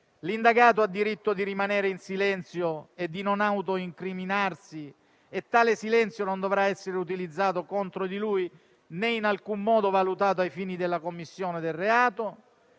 l'indagato ha diritto di rimanere in silenzio e di non autoincriminarsi e tale silenzio non dovrà essere utilizzato contro di lui, né in alcun modo valutato ai fini della commissione del reato;